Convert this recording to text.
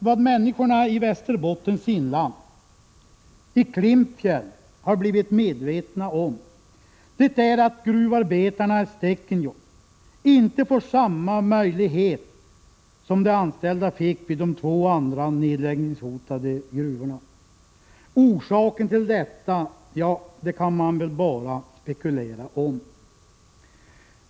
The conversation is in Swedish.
Vad människorna i Västerbottens inland, i Klimpfjäll, har blivit medvetna om, det är att gruvarbetarna i Stekenjokk inte får samma möjlighet som de anställda fick vid de två andra nedläggningshotade gruvorna. Orsaken till detta kan man väl bara spekulera om.